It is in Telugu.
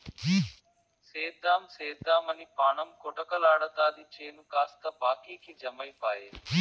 సేద్దెం సేద్దెమని పాణం కొటకలాడతాది చేను కాస్త బాకీకి జమైపాయె